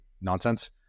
nonsense